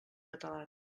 catalana